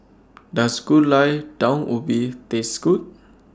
Does Gulai Daun Ubi Taste Good